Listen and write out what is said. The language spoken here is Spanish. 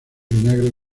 vinagre